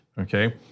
okay